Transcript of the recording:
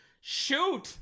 shoot